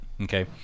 okay